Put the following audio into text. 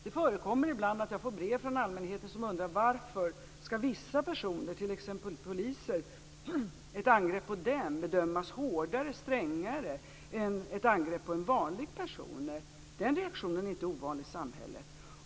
Det förekommer ibland att jag får brev från allmänheten som undrar varför angrepp på vissa personer, t.ex. poliser, skall bedömas strängare än angrepp på en vanlig person. Den reaktionen är inte ovanlig i samhället.